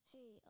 Hey